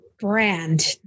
brand